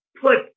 put